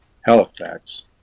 Halifax